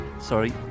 Sorry